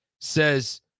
says